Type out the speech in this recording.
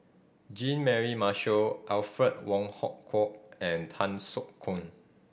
Jean Mary Marshall Alfred Wong Hong Kwok and Tan Soo Khoon